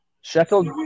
Sheffield